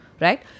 Right